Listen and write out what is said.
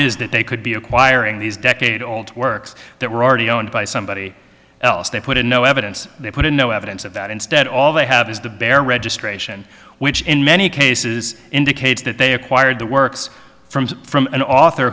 is that they could be acquiring these decade old works that were already owned by somebody else they put in no evidence they put in no evidence of that instead all they have is the bare registration which in many cases indicates that they acquired the works from from an author